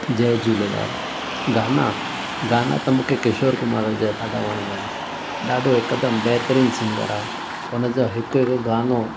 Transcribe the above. जय झूलेलाल गाना गाना त मूंखे किशोर कुमार जा ॾाढा वणंदा आहिनि ॾाढो हिकदमि बहितरीनु सिंगर आहे हुनजो हिकु हिकु गानो